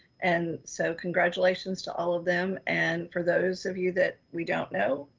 and so congratulations to all of them. and for those of you that we don't know,